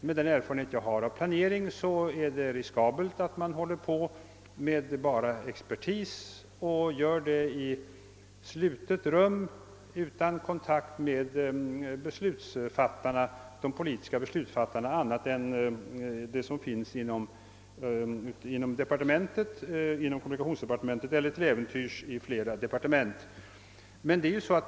Med den erfarenhet jag har av pianering vet jag att det är riskabelt om endast expertis sysslar med frågorna i slutna rum, utan kontakt med de politiska beslutsfattarna utanför departementen — det gäller kanske inte bara kommunikationsdepartementet.